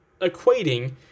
equating